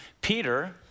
Peter